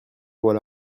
vois